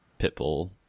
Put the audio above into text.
Pitbull